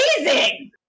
amazing